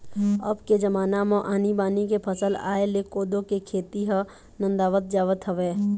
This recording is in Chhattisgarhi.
अब के जमाना म आनी बानी के फसल आय ले कोदो के खेती ह नंदावत जावत हवय